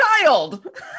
child